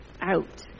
out